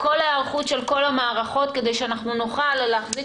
כל ההיערכות של כל המערכות כדי שאנחנו נוכל להחזיק